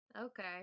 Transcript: okay